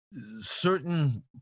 certain